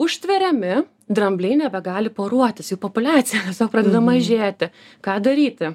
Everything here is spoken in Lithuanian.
užtveriami drambliai nebegali poruotis jų populiacija pradeda mažėti ką daryti